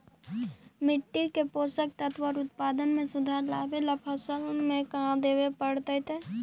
मिट्टी के पोषक तत्त्व और उत्पादन में सुधार लावे ला फसल में का देबे पड़तै तै?